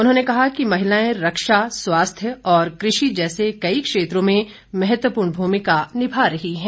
उन्होंने कहा कि महिलाएं रक्षा स्वास्थ्य और कृषि जैसे कई क्षेत्रों में महत्वपूर्ण भूमिका निभा रही हैं